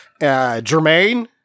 Jermaine